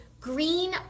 green